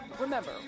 Remember